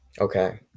Okay